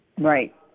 Right